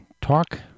talk